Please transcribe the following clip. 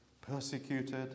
persecuted